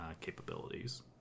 capabilities